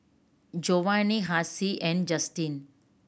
Jovani Hassie and Justine